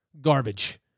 garbage